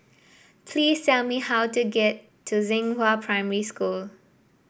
please tell me how to get to Xinghua Primary School